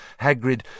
Hagrid